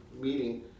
meeting